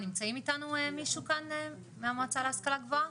נמצא איתנו פה מישהו מהמועצה להשכלה גבוהה?